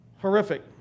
Horrific